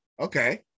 Okay